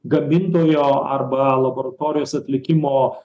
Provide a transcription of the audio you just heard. gamintojo arba laboratorijos atlikimo